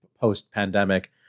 post-pandemic